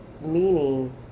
Meaning